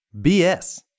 BS